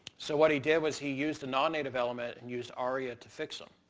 so what he did was he used a non-native element and used aria to fix them.